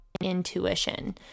intuition